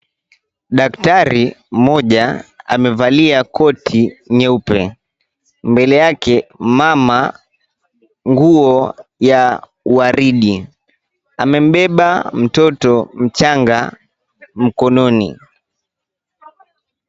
Daktari mmoja, amevalia koti nyeupe. Mbele yake mama, nguo ya waridi. Amembeba mtoto mchanga mkononi.